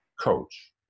coach